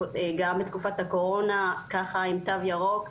גם בתקופת הקורונה ככה עם תו ירוק,